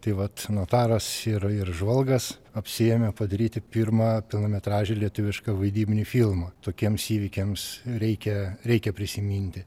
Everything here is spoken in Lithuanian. tai vat notaras ir ir žvalgas apsiėmė padaryti pirmą pilnametražį lietuvišką vaidybinį filmą tokiems įvykiams reikia reikia prisiminti